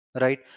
right